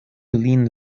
lin